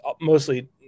mostly